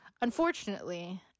unfortunately